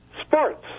sports